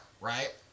right